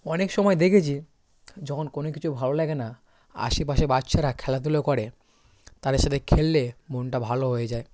অনেক সময় দেখেছি যখন কোনো কিছু ভালো লাগে না আশেপাশে বাচ্চারা খেলাধুলো করে তাদের সাথে খেললে মনটা ভালো হয়ে যায়